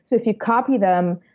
if you copy them,